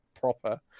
proper